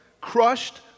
crushed